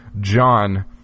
John